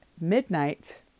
midnight